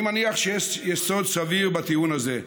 אני מניח שיש יסוד סביר בטיעון הזה,